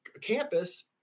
campus